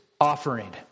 offering